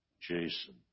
Jason